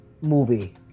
movie